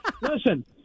Listen